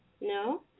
No